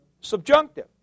subjunctive